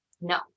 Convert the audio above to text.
No